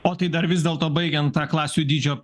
o tai dar vis dėlto baigiant tą klasių dydžio